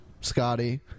Scotty